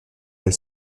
elle